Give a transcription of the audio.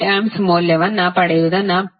8A ಮೌಲ್ಯವನ್ನು ಪಡೆಯುವುದನ್ನು ಪರಿಹರಿಸುವುದು ತುಂಬಾ ಸುಲಭ